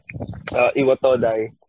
Iwatodai